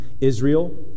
Israel